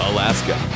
Alaska